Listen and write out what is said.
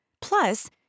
Plus